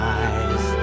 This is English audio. eyes